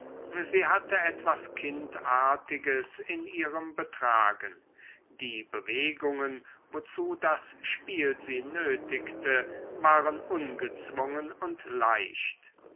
sie hatte etwas kindartiges in ihrem betragen die bewegungen wozu das spiel sie nötigte waren ungezwungen und leicht